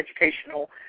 educational